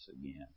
again